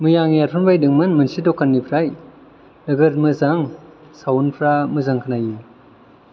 मैया आं इयारफन बायदोंमोन मोनसे दखाननिफ्राय नोगोद मोजां साउन्द फ्रा मोजां खोनायो